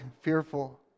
fearful